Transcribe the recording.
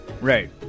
Right